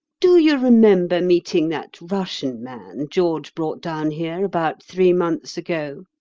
do you remember meeting that russian man george brought down here about three months ago?